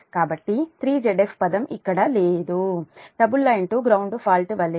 కాబట్టి ఆ 3Zf పదం ఇక్కడ లేదు double line to ground fault వలె